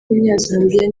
w’umunyazambiya